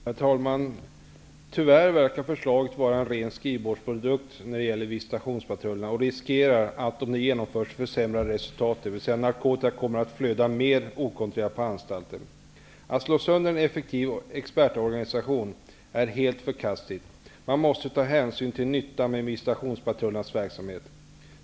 Herr talman! Tyvärr verkar förslaget vara en ren skrivbordsprodukt när det gäller visitationspatrullerna. Det riskerar att försämra resultatet om det genomförs, dvs. narkotika kommer att flöda mer okontrollerat på anstalten. Att slå sönder en effektiv expertorganisation är helt förkastligt. Man måste ta hänsyn till nyttan med visitationspatrullernas verksamhet.